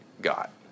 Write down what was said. got